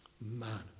Man